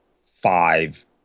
five